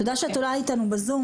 תודה שאת עולה איתנו בזום,